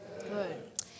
good